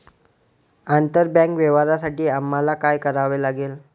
आंतरबँक व्यवहारांसाठी आम्हाला काय करावे लागेल?